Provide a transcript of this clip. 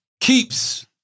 Keeps